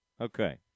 Okay